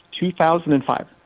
2005